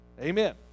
Amen